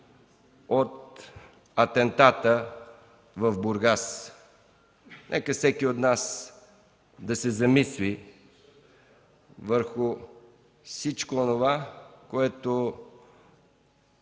от атентата в Бургас. Нека всеки от нас да се замисли върху всичко онова, което